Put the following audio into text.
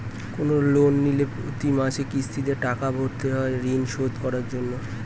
কোন লোন নিলে প্রতি মাসে কিস্তিতে টাকা ভরতে হয় ঋণ শোধ করার জন্য